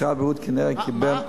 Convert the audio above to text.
משרד הבריאות כנראה קיבל,